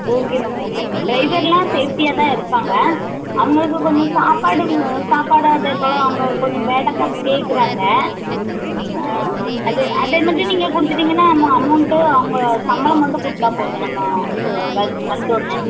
okay ma'am okay ma'am ட்ரைவரெலாம் சேஃப்டியாக தான் இருப்பாங்க அவங்களுக்கு கொஞ்சம் சாப்பாடு சாப்பாடு அதெல்லாம் கொஞ்சம் பேட்டா காசு கேட்குறாங்க ஆ அது அதை மட்டும் நீங்கள் கொடுத்துட்டிங்கன்னா நம்ம அமௌண்ட்டு அவங்க சம்பளம் மட்டும் கொடுத்தா போதும் நம்ம ஆ வந்த உடன